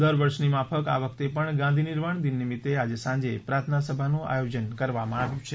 દર વર્ષની માફક આ વખતે પણ ગાંધી નિર્વાણ દિન નિમીતે આજે સાંજે પ્રાર્થના સભાનું આયોજન કરવામાં આવ્યુ છે